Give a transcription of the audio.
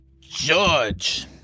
George